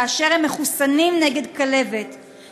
כאשר הם מחוסנים נגד כלבת,